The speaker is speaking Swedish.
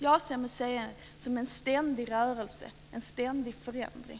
Jag ser museer som en ständig rörelse och en ständig förändring.